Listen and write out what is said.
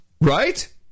Right